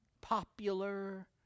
popular